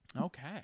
Okay